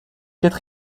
quatre